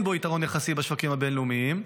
בו יתרון יחסי בשווקים הבין-לאומיים,